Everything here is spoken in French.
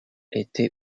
été